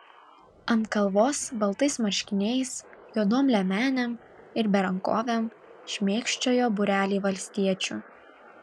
ant kalvos baltais marškiniais juodom liemenėm ir berankovėm šmėkščiojo būreliai valstiečių